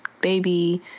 baby